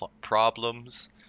problems